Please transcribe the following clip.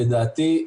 לדעתי,